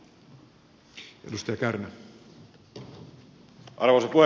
arvoisa puhemies